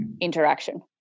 interaction